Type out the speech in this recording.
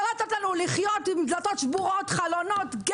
לא לתת לנו לחיות עם דלתות וחלונות שבורים,